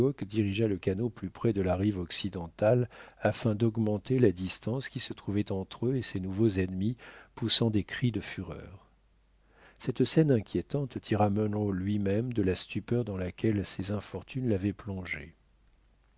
dirigea le canot plus près de la rive occidentale afin d'augmenter la distance qui se trouvait entre eux et ses nouveaux ennemis poussant des cris de fureur cette scène inquiétante tira munro luimême de la stupeur dans laquelle ses infortunes l'avaient plongé